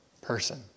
person